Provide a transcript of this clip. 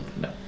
No